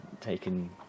Taken